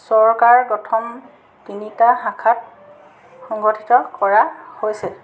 চৰকাৰ গঠন তিনিটা শাখাত সংগঠিত কৰা হৈছে